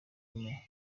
kagame